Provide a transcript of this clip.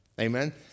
amen